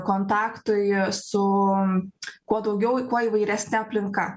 kontaktui su kuo daugiau kuo įvairesne aplinka